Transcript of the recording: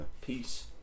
Peace